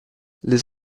les